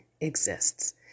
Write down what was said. exists